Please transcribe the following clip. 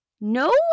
No